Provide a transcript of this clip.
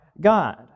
God